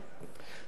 אדוני היושב-ראש,